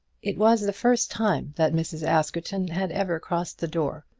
it was the first time that mrs. askerton had ever crossed the door,